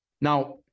Now